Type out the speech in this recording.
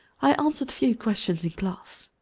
i answered few questions in class.